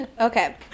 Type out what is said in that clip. okay